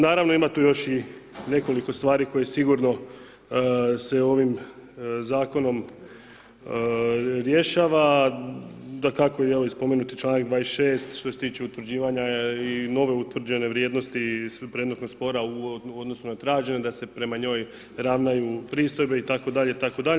Naravno, ima tu još i nekoliko stvari koje sigurno se ovim zakonom rješava, dakako i ovaj spomenuti članak 26. što se tiče utvrđivanja i nove utvrđene vrijednosti i predmetnog spora u odnosu na tražene, da se prema njoj ravnaju pristojbe itd., itd.